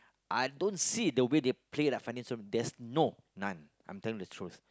I don't see the way they play like Fandi and Sundram there's no none I'm telling the truth